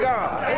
God